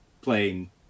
playing